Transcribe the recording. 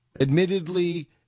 Admittedly